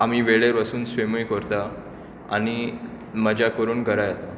आमी वेळेर वचून स्विमींग करता आनी मज्जा करून घरा येता